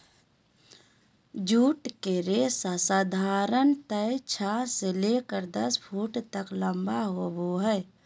jute के रेशा साधारणतया छह से लेकर दस फुट तक लम्बा होबो हइ